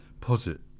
posit